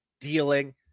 dealing